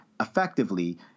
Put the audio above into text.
effectively